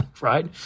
right